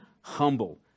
Humble